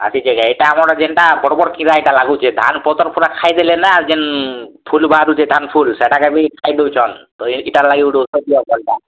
ଆସିଛେ ଘେ ଇଟା ଯେଣ୍ଟା ବଡ଼ ବଡ଼ କିଡ଼ା ଇଟା ଲାଗୁଛେ ଧାନ୍ ପତର୍ ପୁରା ଖାଇଦେଲେନା ଯେନ୍ ଫୁଲ୍ ବାହାରୁଛେ ଧାନଫୁଲ୍ ସେଟାକେବି ଖାଇଦଉଛନ୍ ତ ଇତାର ଲାଗି ଗୋଟେ ଉଷୋ ଦିଅ ଭଲ୍ ଟା